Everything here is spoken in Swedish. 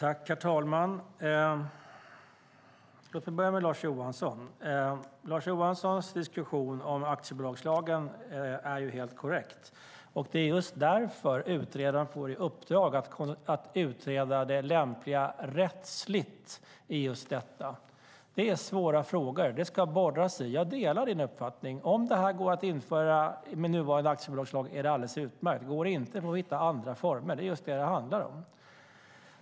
Herr talman! Låt mig börja med det som Lars Johansson sade. Hans diskussion om aktiebolagslagen är helt korrekt. Det är just därför som utredaren får i uppdrag att utreda det lämpliga rent rättsligt i detta. Det är svåra frågor som det ska borras i. Jag delar din uppfattning. Om det här går att införa med nuvarande aktiebolagslag är det alldeles utmärkt. Går det inte får vi hitta andra former. Det är just det som det handlar om.